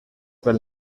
pel